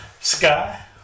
Sky